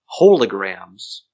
holograms